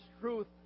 truth